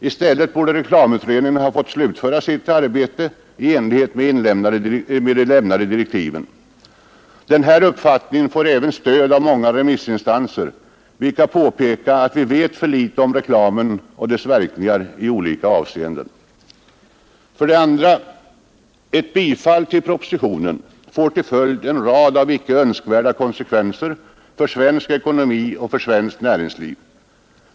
I stället borde reklamutredningen ha fått slutföra sitt arbete i enlighet med de lämnade direktiven. Denna uppfattning får även stöd av många remissinstanser, vilka påpekar att vi vet för litet om reklamen och dess verkningar i olika avseenden. 2. Ett bifall till propositionen får till följd en rad av icke önskvärda konsekvenser för svensk ekonomi och svenskt näringsliv.